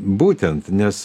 būtent nes